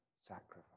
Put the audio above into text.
sacrifice